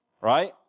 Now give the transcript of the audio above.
right